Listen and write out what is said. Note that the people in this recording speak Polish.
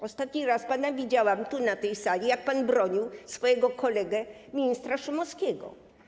Ostatni raz pana widziałam na tej sali, jak pan bronił swojego kolegi ministra Szumowskiego.